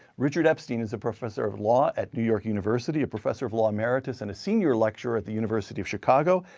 richard epstein is a professor of law at new york university, a professor of law emeritus, and a senior lecturer at the university of chicago,